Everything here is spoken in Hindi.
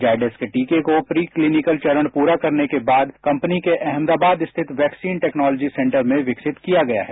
जायडेस के टीके को प्री क्लिनिकल चरणपुरा करने के बाद कंपनी के अहमदाबाद स्थित वैक्सीन टेक्नॉलॉजी सेंटर में विकसित कियागया था